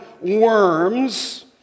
worms